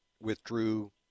withdrew